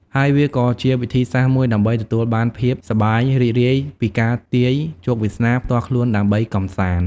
ហើយវាក៏ជាវិធីសាស្ត្រមួយដើម្បីទទួលបានភាពសប្បាយរីករាយពីការទាយជោគវាសនាផ្ទាល់ខ្លួនដើម្បីកំសាន្ត។